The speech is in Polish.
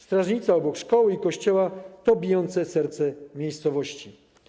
Strażnica obok szkoły i kościoła to bijące serce miejscowości.